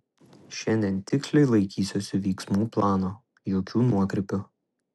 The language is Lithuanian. šiandien tiksliai laikysiuosi veiksmų plano jokių nuokrypių